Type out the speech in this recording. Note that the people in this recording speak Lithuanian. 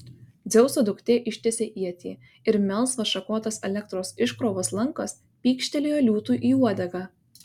dzeuso duktė ištiesė ietį ir melsvas šakotas elektros iškrovos lankas pykštelėjo liūtui į uodegą